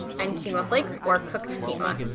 and quinoa flakes or cooked quinoa,